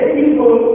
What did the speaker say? people